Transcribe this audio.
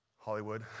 Hollywood